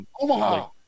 Omaha